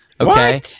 okay